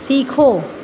सीखो